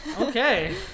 Okay